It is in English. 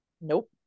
Nope